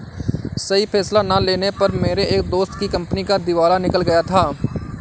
सही फैसला ना लेने पर मेरे एक दोस्त की कंपनी का दिवाला निकल गया था